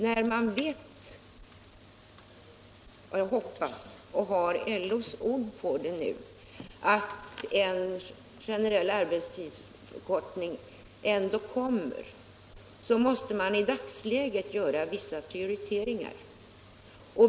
När vi vet och har LO:s ord på att en generell arbetstidsförkortning ändå har möjlighet att komma måste man i dagsläget göra vissa prioriteringar.